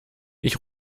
ich